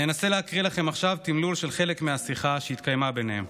אני אנסה להקריא לכם עכשיו תמלול של חלק מהשיחה שהתקיימה ביניהם.